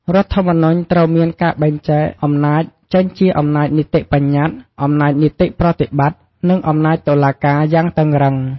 រដ្ឋធម្មនុញ្ញ ត្រូវមានការបែងចែកអំណាច ចេញជា អំណាចនីតិបញ្ញត្តិ អំណាចនីតិប្រតិបត្តិ និងអំណាចតុលាការ យ៉ាងតឹងរ៉ឹង។